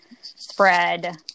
spread